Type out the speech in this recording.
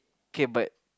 okay but